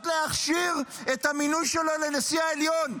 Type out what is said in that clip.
להכשיר את המינוי שלו לנשיא העליון.